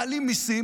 מעלים מיסים.